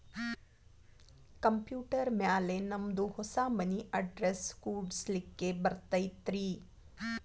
Computer ಮ್ಯಾಲೆ ನಮ್ದು ಹೊಸಾ ಮನಿ ಅಡ್ರೆಸ್ ಕುಡ್ಸ್ಲಿಕ್ಕೆ ಬರತೈತ್ರಿ?